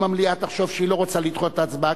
אם המליאה תחשוב שהיא לא רוצה לדחות את ההצבעה,